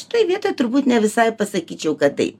šitoj vietoj turbūt ne visai pasakyčiau kad tai